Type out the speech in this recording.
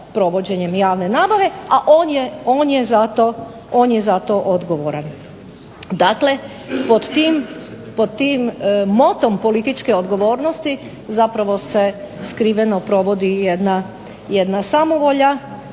provođenjem javne nabave, a on je za to odgovoran. Dakle, pod tim motom političke odgovornosti zapravo se skriveno provodi jedna samovolja